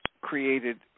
created